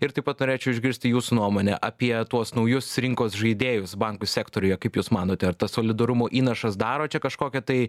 ir taip pat norėčiau išgirsti jūsų nuomonę apie tuos naujus rinkos žaidėjus bankų sektoriuje kaip jūs manote ar tas solidarumo įnašas daro čia kažkokią tai